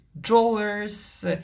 drawers